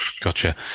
Gotcha